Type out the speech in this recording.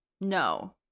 No